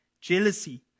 jealousy